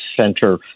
center